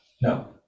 no